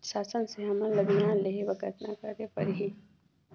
शासन से हमन ला बिहान लेहे बर कतना करे परही?